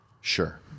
Sure